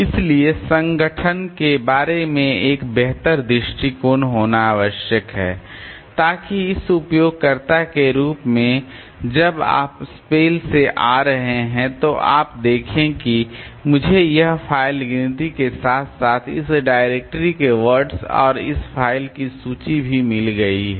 इसलिए संगठन के बारे में एक बेहतर दृष्टिकोण होना आवश्यक है ताकि एक उपयोगकर्ता के रूप में जब आप स्पेल से आ रहे हैं तो आप देखें कि मुझे यह फ़ाइल गिनती के साथ साथ इस डायरेक्टरी के वर्ड्स और इस फ़ाइल की सूची भी मिल गई है